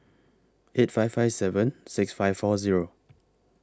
eight five five seven six five four Zero